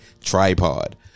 tripod